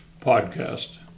podcast